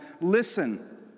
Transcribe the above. listen